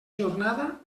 jornada